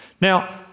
Now